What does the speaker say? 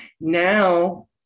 Now